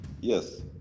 Yes